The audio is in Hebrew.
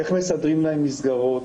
איך מסדרים להם מסגרות,